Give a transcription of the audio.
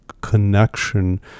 connection